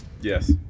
yes